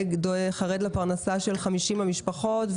חרד לפרנסה של 50 המשפחות.